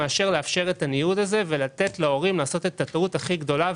מאשר לאפשר את הניוד הזה ולתת להורים לעשות את הטעות הכי גדולה,